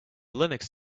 linux